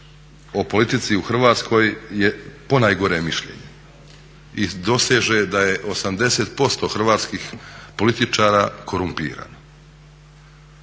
o politici u Hrvatskoj je ponajgore mišljenje i doseže da je 80% hrvatskih političara korumpirano.